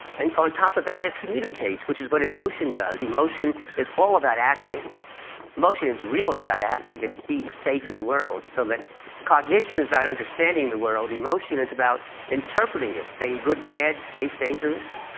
and on top of that, it communicates, which is what emotion does. emotion is all about acting emotion is really about acting. it's being safe in the world. so cognition is about understanding the world, emotion is about interpreting it saying good, bad, safe, dangerous,